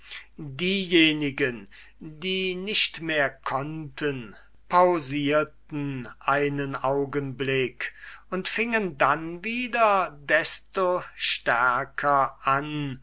diejenigen die nicht mehr konnten pausierten einen augenblick und fingen dann wieder desto stärker an